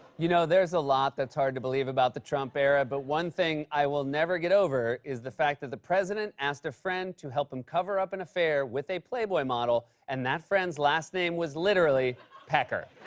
you know, there's a lot that's hard to believe about the trump era, but, one thing i will never get over is the fact that the president asked a friend to help him cover up an affair with a playboy model and that friend's last name was literally pecker.